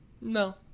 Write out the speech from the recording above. No